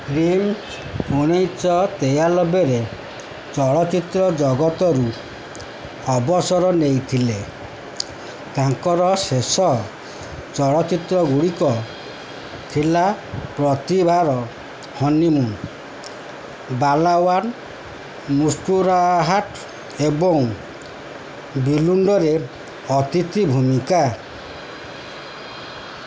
cream ଉଣେଇଶହ ତେୟାନବେରେ ଚଳଚ୍ଚିତ୍ର ଜଗତରୁ ଅବସର ନେଇଥିଲେ ତାଙ୍କର ଶେଷ ଚଳଚ୍ଚିତ୍ର ଗୁଡ଼ିକ ଥିଲା ପ୍ରତିଭାର ହନି ମୁନ୍ ବାଲାୱାନ୍ ମୁସ୍କୁରାହାଟ୍ ଏବଂ ବିଲୁଣ୍ଡରେ ଅତିଥି ଭୂମିକା